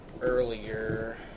earlier